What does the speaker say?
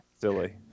silly